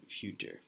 future